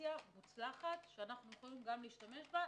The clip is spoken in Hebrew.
אפליקציה מוצלחת, שאנחנו יכולים גם להשתמש בה.